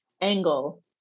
angle